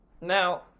Now